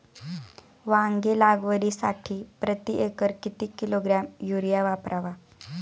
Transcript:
वांगी लागवडीसाठी प्रती एकर किती किलोग्रॅम युरिया वापरावा?